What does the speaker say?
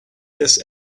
this